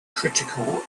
critical